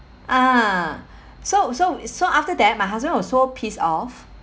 ah so so so after that my husband was so pissed off